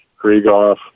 Krieghoff